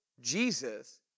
Jesus